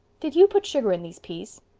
did you put sugar in these peas?